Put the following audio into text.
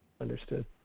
Understood